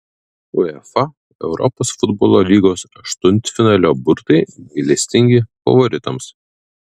uefa europos futbolo lygos aštuntfinalio burtai gailestingi favoritams